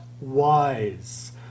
wise